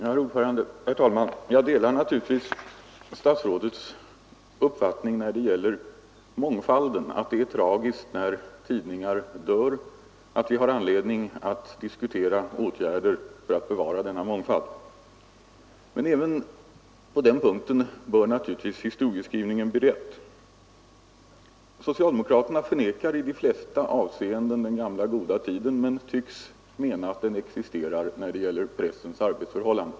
Herr talman! Jag delar självfallet statsrådets uppfattning när det gäller mångfalden — att det är tragiskt när tidningar dör, att vi har anledning att diskutera åtgärder för att bevara mångfalden — men även på den punkten bör naturligtvis historieskrivningen vara riktig. Socialdemokraterna förnekar i de flesta avseenden ”den gamla goda tiden”, men tycks mena att den har existerat när det gäller pressens arbetsförhållanden.